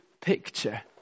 picture